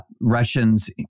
Russians